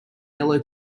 yellow